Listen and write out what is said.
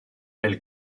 elle